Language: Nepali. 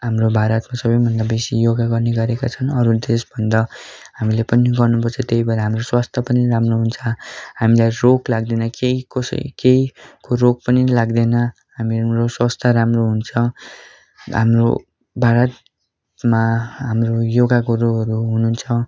हाम्रो भारतको सबैभन्दा बेसी योगा गर्ने गरेका छन् अरू देशभन्दा हामीले पनि गर्नुपर्छ त्यही भएर हाम्रो स्वस्थ्य पनि राम्रो हुन्छ हामीलाई रोग लाग्दैन केही कसै केही रोग पनि लाग्दैन हाम्रो स्वस्थ्य राम्रो हुन्छ हाम्रो भारतमा हाम्रो योगा गुरुहरू हुनुहुन्छ